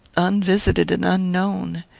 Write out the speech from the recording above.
unvisited and unknown,